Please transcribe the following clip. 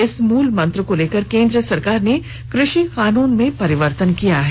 इस मूलमंत्र को लेकर केंद्र सरकार ने कृषि कानून में परिवर्तन किया है